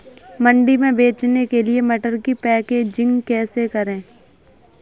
मंडी में बेचने के लिए मटर की पैकेजिंग कैसे करें?